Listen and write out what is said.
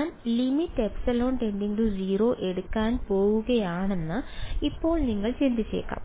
ഞാൻ ലിമിറ്റ് എടുക്കാൻ പോകുകയാണെന്ന് ഇപ്പോൾ നിങ്ങൾ ചിന്തിച്ചേക്കാം